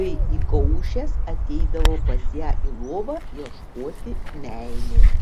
kai įkaušęs ateidavo pas ją į lovą ieškoti meilės